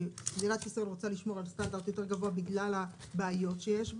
שמדינת ישראל רוצה לשמור על סטנדרט יותר גבוה בגלל הבעיות שיש בה,